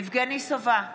יבגני סובה,